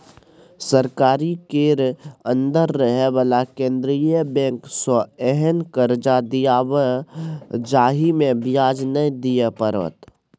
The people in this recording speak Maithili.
सरकारी केर अंदर रहे बला केंद्रीय बैंक सँ एहेन कर्जा दियाएब जाहिमे ब्याज नै दिए परतै